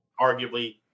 arguably